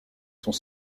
sont